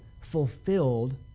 fulfilled